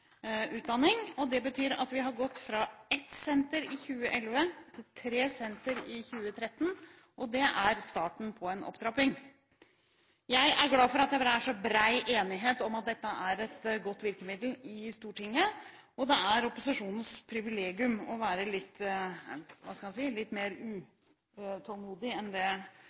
utdanning. Det betyr at vi har gått fra ett senter i 2011 til fire sentre i 2013, og det er starten på en opptrapping. Jeg er glad for at det er så bred enighet i Stortinget om at dette er et godt virkemiddel. Det er opposisjonens privilegium å være litt mer utålmodig enn det posisjonen er, i hvert fall i forhold til å si at man trenger en langsiktig opptrappingsplan. Det